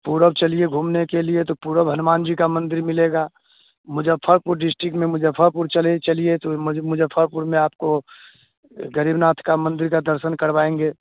पूर्व चलिए घूमने के लिए तो पूर्व हनुमान जी का मंदिर मिलेगा मुजफ़्फ़रपुर डिस्टिक में मुजफ़्फ़रपुर चले चलिए तो मुजफ़्फ़रपुर में आपको घरीबनाथ का मंदिर के दर्शन करवाएँगे